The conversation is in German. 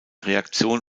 reaktion